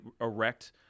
erect